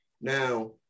Now